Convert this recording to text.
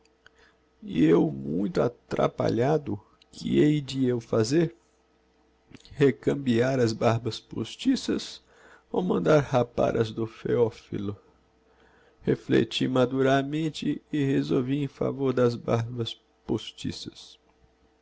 e eu muito atrapalhado que hei de eu fazer recambiar as barbas postiças ou mandar rapar as do pheophilo reflecti maduramente e resolvi em favôr das barbas postiças